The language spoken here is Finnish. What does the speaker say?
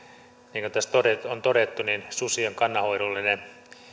niin kuin tässä on todettu susien kannanhoidollinen